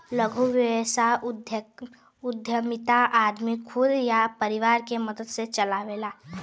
लघु व्यवसाय उद्यमिता आदमी खुद या परिवार के मदद से चलावला